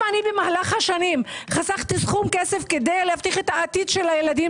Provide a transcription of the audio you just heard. אם במהלך השנים חסכתי סכום כסף כדי להבטיח את עתיד ילדיי,